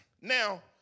now